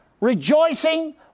rejoicing